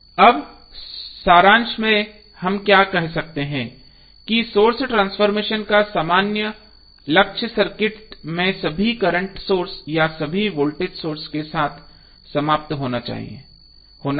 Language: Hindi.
अब सारांश में हम क्या कह सकते हैं कि सोर्स ट्रांसफॉर्मेशन का सामान्य लक्ष्य सर्किट में सभी करंट सोर्स या सभी वोल्टेज सोर्स के साथ समाप्त होना है